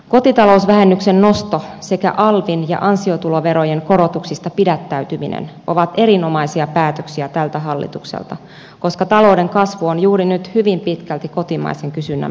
kotitalousvähennyksen nosto sekä alvin ja ansiotuloverojen korotuksista pidättäytyminen ovat erinomaisia päätöksiä tältä hallitukselta koska talouden kasvu on juuri nyt hyvin pitkälti kotimaisen kysynnän varassa